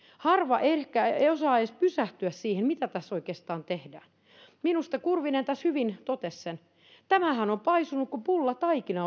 harva ehkä osaa edes pysähtyä siihen mitä tässä oikeastaan tehdään minusta kurvinen tässä hyvin totesi sen tämä projektihan on oikeastaan paisunut kuin pullataikina